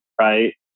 right